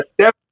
step